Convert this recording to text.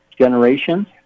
generation